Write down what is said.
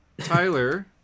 Tyler